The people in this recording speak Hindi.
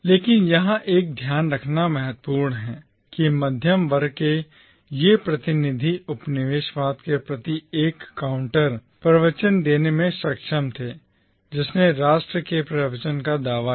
लेकिन यहां यह ध्यान रखना महत्वपूर्ण है कि मध्यम वर्ग के ये प्रतिनिधि उपनिवेशवाद के प्रति एक काउंटर प्रवचन देने में सक्षम थे जिसने राष्ट्र के प्रवचन का दावा किया